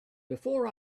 before